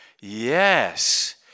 yes